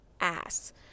ass